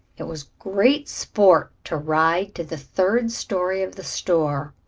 it was great sport to ride to the third story of the store,